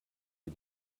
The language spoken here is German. die